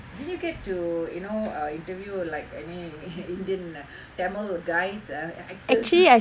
did you get to you know uh interview like any indian tamil guys ah actors